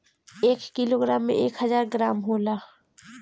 एक किलोग्राम में एक हजार ग्राम होला